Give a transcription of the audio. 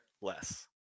less